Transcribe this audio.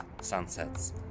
sunsets